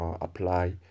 apply